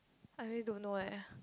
I really don't know eh